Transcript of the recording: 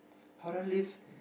how do I lift